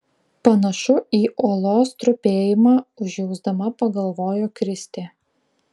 panašu į uolos trupėjimą užjausdama pagalvojo kristė